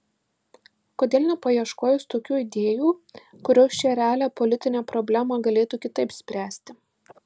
kodėl nepaieškojus tokių idėjų kurios šią realią politinę problemą galėtų kitaip spręsti